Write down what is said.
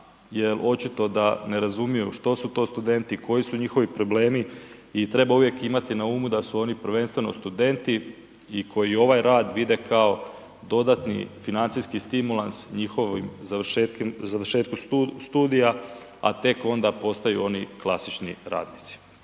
jel očito da ne razumiju što su to studenti, koji su njihovi problemi i treba uvijek imati na umu da su oni prvenstveno studenti i koji ovaj rad vide kao dodatni financijski stimulans njihovom završetku studija, a tek onda postaju oni klasični radnici.